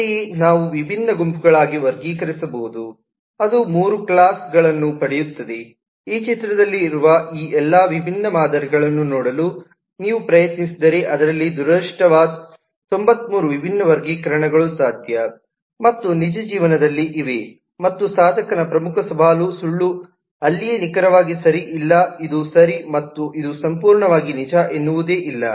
ಅಂತೆಯೇ ನಾವು ವಿಭಿನ್ನ ಗುಂಪುಗಳಾಗಿ ವರ್ಗೀಕರಿಸಬಹುದು ಮತ್ತು ಅದು ಮೂರು ಕ್ಲಾಸ್ ಗಳನ್ನು ಪಡೆಯುತ್ತದೆ ಈ ಚಿತ್ರದಲ್ಲಿ ಇರುವ ಈ ಎಲ್ಲಾ ವಿಭಿನ್ನ ಮಾದರಿಗಳನ್ನು ನೋಡಲು ನೀವು ಪ್ರಯತ್ನಿಸಿದರೆ ಅದರಲ್ಲಿ ದುರದೃಷ್ಟವಶಾತ್ 93 ವಿಭಿನ್ನ ವರ್ಗೀಕರಣಗಳು ಸಾಧ್ಯ ಮತ್ತು ನಿಜ ಜೀವನದಲ್ಲಿ ಇವೆ ಮತ್ತು ಸಾಧಕನ ಪ್ರಮುಖ ಸವಾಲು ಸುಳ್ಳು ಅಲ್ಲಿಯೇ ನಿಖರವಾಗಿ ಸರಿ ಇಲ್ಲ ಇದು ಸರಿ ಮತ್ತು ಇದು ಸಂಪೂರ್ಣವಾಗಿ ನಿಜ ಎನ್ನುವುದೇನು ಇಲ್ಲ